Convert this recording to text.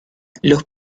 los